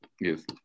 Yes